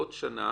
בעוד שנה